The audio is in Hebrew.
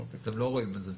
אתם לא רואים את זה.